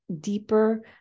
deeper